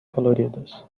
coloridas